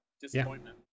disappointment